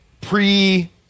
Pre